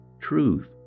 truth